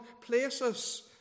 places